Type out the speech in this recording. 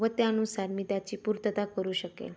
व त्यानुसार मी त्याची पूर्तता करू शकेल